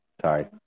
Sorry